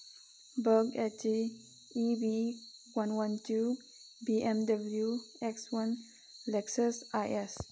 ꯕꯛ ꯑꯩꯠ ꯆꯤ E V one one two B M W X one Lexus I X